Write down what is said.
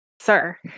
sir